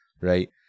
right